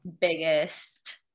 biggest